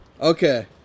Okay